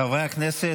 חברי הכנסת,